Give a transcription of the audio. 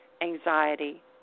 anxiety